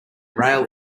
rail